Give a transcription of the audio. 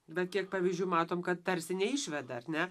bet kiek pavyzdžių matom kad tarsi neišveda ar ne